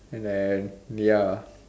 and then ya